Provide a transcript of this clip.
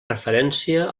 referència